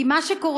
כי מה שקורה,